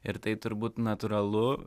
ir tai turbūt natūralu